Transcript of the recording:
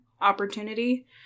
opportunity